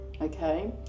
okay